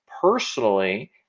personally